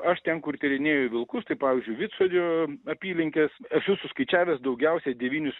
aš ten kur tyrinėju vilkus tai pavyzdžiui vidsodžio apylinkės esu suskaičiavęs daugiausiai devynius